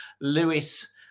Lewis